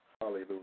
hallelujah